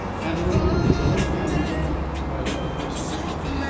hammering with his own hand while other persons slept!